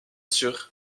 sur